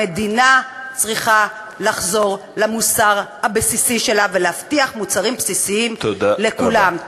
המדינה צריכה לחזור למוסר הבסיסי שלה ולהבטיח מוצרים בסיסיים לכולם.